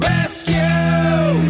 Rescue